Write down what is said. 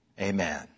Amen